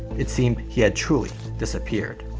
it seemed he had truly disappeared.